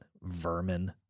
vermin